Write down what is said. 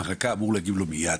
המחלקה אמור להגיב לו מייד,